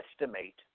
estimate